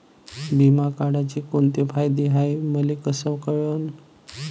बिमा काढाचे कोंते फायदे हाय मले कस कळन?